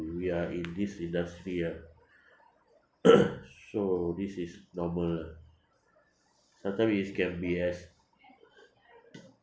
we are in this industry ah so this is normal lah sometimes it can be as